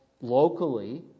locally